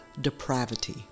depravity